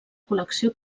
col·lecció